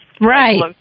right